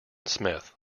smith